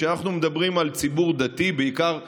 כשאנחנו מדברים על ציבור דתי, בעיקר חרדי,